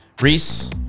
Reese